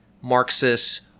Marxists